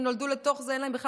הם נולדו לתוך זה,